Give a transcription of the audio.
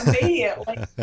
immediately